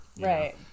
Right